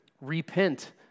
Repent